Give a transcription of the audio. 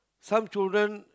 some children